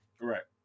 Correct